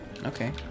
Okay